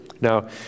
Now